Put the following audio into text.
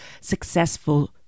successful